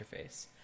interface